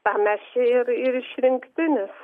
tam mes čia ir ir išrinkti nes